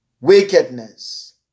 wickedness